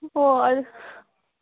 ꯍꯣ ꯑꯗꯣ